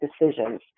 decisions